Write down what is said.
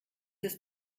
ist